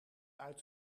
uit